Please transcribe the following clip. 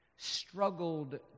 struggled